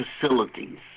facilities